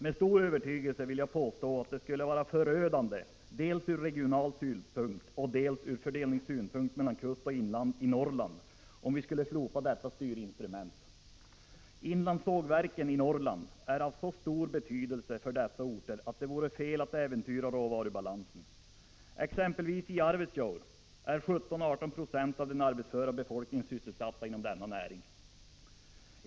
Med stor övertygelse vill jag påstå att det skulle vara förödande, dels ur regional synpunkt, dels ur fördelningssynpunkt mellan kust och inland i Norrland, om vi skulle slopa detta styrinstrument. Inlandssågverken i Norrland är av så stor betydelse för dessa orter att det vore fel att äventyra råvarubalansen. Exempelvis i Arvidsjaur är 17-18 90 av den arbetsföra befolkningen sysselsatt inom denna näring.